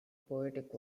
poetic